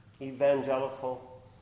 evangelical